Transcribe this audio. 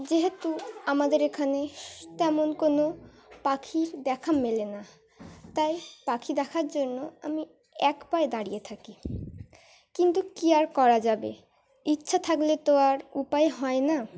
যেহেতু আমাদের এখানে তেমন কোনো পাখির দেখা মেলে না তাই পাখি দেখার জন্য আমি এক পায়ে দাঁড়িয়ে থাকি কিন্তু কী আর করা যাবে ইচ্ছা থাকলে তো আর উপায় হয় না